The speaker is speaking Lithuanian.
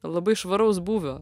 labai švaraus būvio